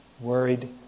Worried